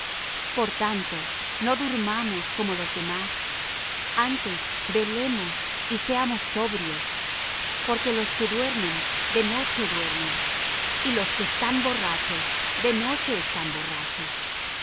por tanto no durmamos como los demás antes velemos y seamos sobrios porque los que duermen de noche duermen y los que están borrachos de noche están borrachos